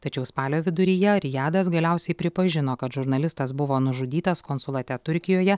tačiau spalio viduryje rijadas galiausiai pripažino kad žurnalistas buvo nužudytas konsulate turkijoje